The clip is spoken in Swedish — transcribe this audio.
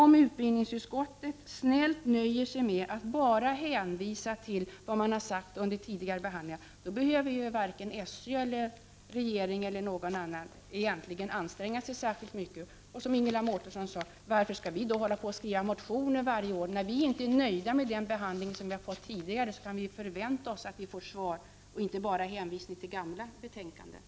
Om utbildningsutskottet snällt nöjer sig med att hänvisa till vad man har sagt under tidigare behandlingar behöver varken SÖ, regeringen eller någon annan anstränga sig särskilt mycket. Och som Ingela Mårtensson sade — varför skall vi då hålla på och skriva motioner varje år? När vi inte är nöjda med den behandling som våra motioner tidigare fått har vi rätt att vänta oss ett svar och inte bara en hänvisning till gamla betänkanden.